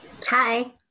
Hi